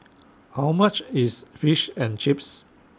How much IS Fish and Chips